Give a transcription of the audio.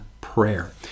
prayer